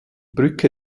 brücke